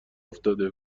افتاده